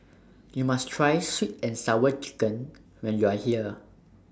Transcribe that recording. YOU must Try Sweet and Sour Chicken when YOU Are here